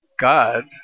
God